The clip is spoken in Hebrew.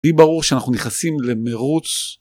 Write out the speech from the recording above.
יהי ברור שאנחנו נכנסים למרוץ